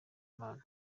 impano